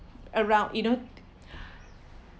around you know